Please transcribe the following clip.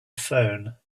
phone